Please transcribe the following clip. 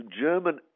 German